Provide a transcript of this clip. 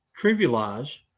trivialize